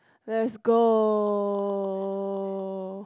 let's go